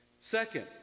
Second